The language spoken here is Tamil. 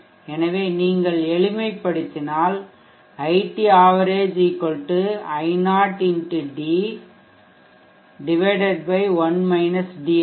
எனவே நீங்கள் எளிமைப்படுத்தினால் iT average ஆகும்